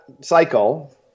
cycle